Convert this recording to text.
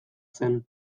zen